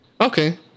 okay